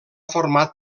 format